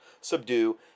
subdue